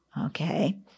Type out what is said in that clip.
Okay